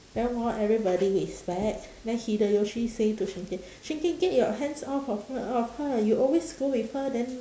then while everybody is back then hideyoshi say to shingen shingen get your hands off of her of her you always go with her then